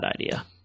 idea